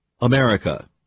America